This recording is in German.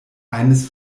eines